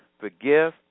forgive